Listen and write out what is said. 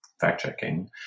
fact-checking